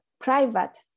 private